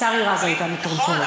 שרי רז הייתה מתולתלת.